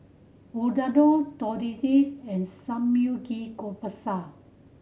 Unadon Tortillas and